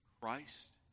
Christ